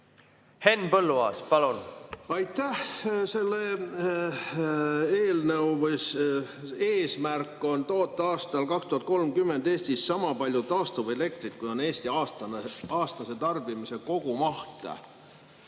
Henn Põlluaas, palun! Aitäh! Selle eelnõu eesmärk on toota aastal 2030 Eestis sama palju taastuvelektrit, kui on Eesti aastase tarbimise kogumaht.